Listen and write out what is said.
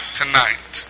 tonight